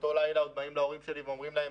באותו לילה עוד באים להורים שלי ואומרים להם